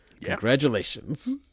Congratulations